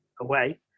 away